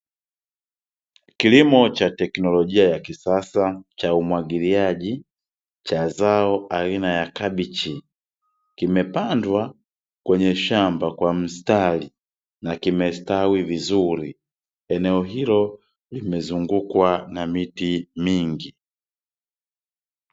Kilimo cha teknolojia ya kisasa cha umwagiliaji cha zao aina ya kabichi, kimepandwa kwenye shamba kwa mstari na kimesitawi vizuri. Eneo hilo limezungukwa na miti mingi.